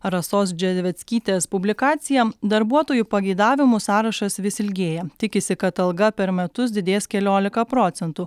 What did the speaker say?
rasos džedveckytės publikacija darbuotojų pageidavimų sąrašas vis ilgėja tikisi kad alga per metus didės keliolika procentų